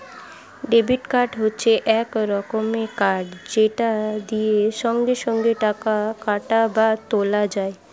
debit card হচ্ছে এক রকমের কার্ড যেটা দিয়ে সঙ্গে সঙ্গে টাকা কাটা বা তোলা যায়